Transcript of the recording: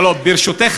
ברשותך,